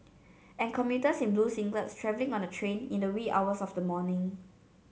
and commuters in blue singlets travelling on a train in the wee hours of the morning